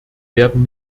werden